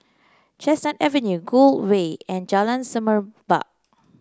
Chestnut Avenue Gul Way and Jalan Semerbak